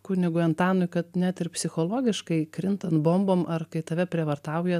kunigui antanui kad net ir psichologiškai krintant bomboms ar kai tave prievartauja